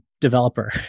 developer